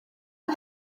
wyt